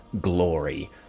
glory